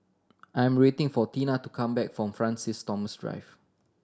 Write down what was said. I'm waiting for Tina to come back from Francis Thomas Drive